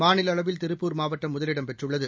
மாநிலஅளவில் திருப்பூர் மாவட்டம் முதலிடம் பெற்றுள்ளது